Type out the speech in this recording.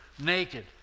naked